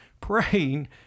praying